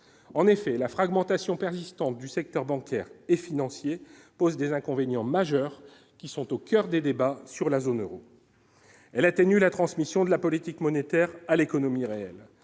en effet, la fragmentation persistante du secteur bancaire et financier pose des inconvénients majeurs qui sont au coeur des débats sur la zone Euro, elle a tenu la transmission de la politique monétaire à l'économie réelle,